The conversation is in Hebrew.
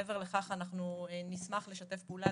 מעבר לכך אנחנו נשמח לשתף פעולה,